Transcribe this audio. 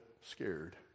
scared